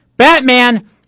Batman